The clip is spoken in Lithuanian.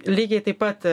lygiai taip pat